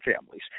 families